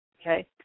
Okay